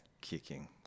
kicking